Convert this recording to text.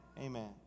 Amen